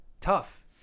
tough